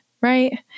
Right